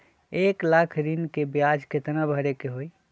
एक लाख ऋन के ब्याज केतना भरे के होई?